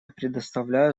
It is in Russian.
предоставляю